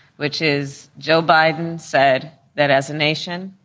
which is joe biden said that as a nation,